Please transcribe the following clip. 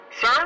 Sir